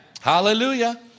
Hallelujah